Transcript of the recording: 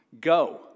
Go